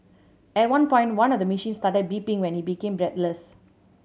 at one point one of the machines started beeping when he became breathless